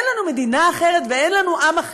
אין לנו מדינה אחרת ואין לנו עם אחר,